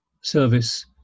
service